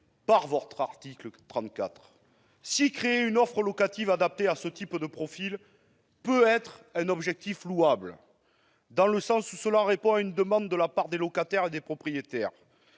pour les précaires. Si créer une offre locative adaptée à ce type de publics peut être un objectif louable- cela répond à une demande de la part des locataires et des propriétaires